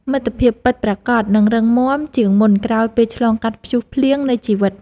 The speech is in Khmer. មិត្តភាពពិតប្រាកដនឹងរឹងមាំជាងមុនក្រោយពេលឆ្លងកាត់ព្យុះភ្លៀងនៃជីវិត។